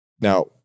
Now